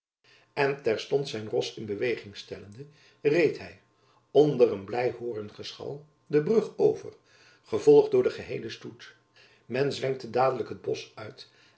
en terstond zijn ros in beweging stellende reed hy onder een blij hoorngeschal de brug over gevolgd door den geheelen stoet men zwenkte dadelijk het bosch uit